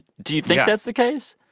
do you think that's the case?